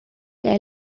que